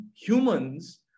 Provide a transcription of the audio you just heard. humans